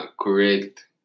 correct